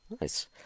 Nice